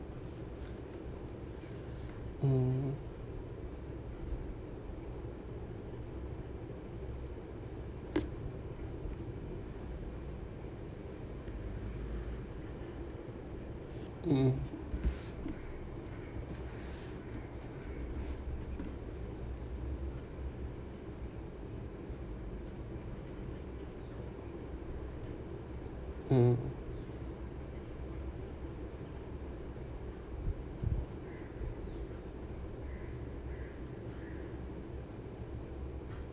mm mm mm